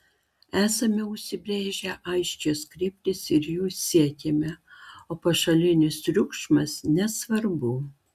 esame užsibrėžę aiškias kryptis ir jų siekiame o pašalinis triukšmas nesvarbu